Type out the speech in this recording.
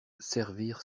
servir